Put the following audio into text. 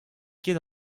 ket